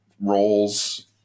roles